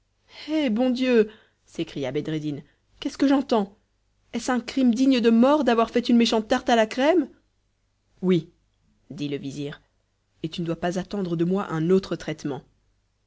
hé bon dieu s'écria bedreddin qu'est-ce que j'entends est-ce un crime digne de mort d'avoir fait une méchante tarte à la crème oui dit le vizir et tu ne dois pas attendre de moi un autre traitement